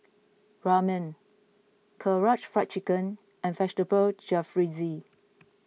Ramen Karaage Fried Chicken and Vegetable Jalfrezi